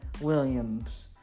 Williams